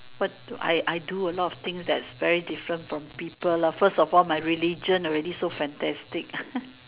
what do I I do a lot of things that's very different from people lah first of all my religion already so fantastic